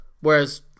Whereas